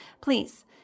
please